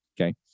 okay